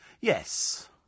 Yes